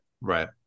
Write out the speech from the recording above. Right